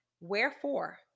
wherefore